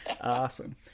awesome